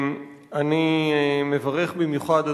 אני מברך במיוחד,